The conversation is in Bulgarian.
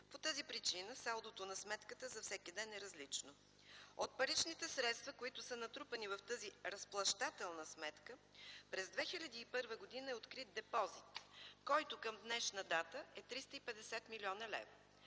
По тази причина салдото на сметката за всеки ден е различна. От паричните средства, които са натрупани в тази разплащателна сметка, през 2001 г. е открит депозит, който към днешна дата е 350 млн. лв.